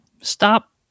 Stop